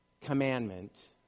commandment